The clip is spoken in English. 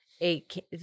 eight